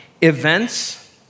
Events